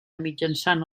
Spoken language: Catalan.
mitjançant